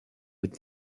with